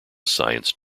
science